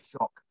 shock